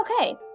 okay